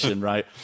right